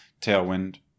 Tailwind